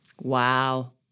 Wow